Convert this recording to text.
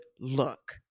look